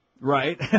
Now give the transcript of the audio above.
Right